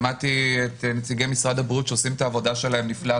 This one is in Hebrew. שמעתי את נציגי משרד הבריאות שעושים את עבודתם נפלאה.